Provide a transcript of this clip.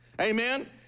Amen